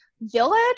village